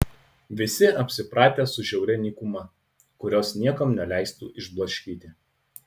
visi apsipratę su žiauria nykuma kurios niekam neleistų išblaškyti